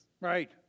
Right